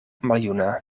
maljuna